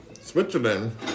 Switzerland